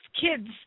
kids